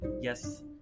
Yes